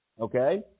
Okay